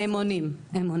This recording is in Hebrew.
הם עונים.